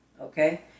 okay